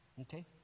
Okay